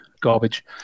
garbage